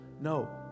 no